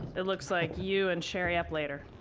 it looks like you and sherry up later.